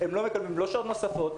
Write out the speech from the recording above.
לא מקבלים שעות נוספות,